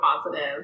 positive